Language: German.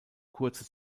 kurze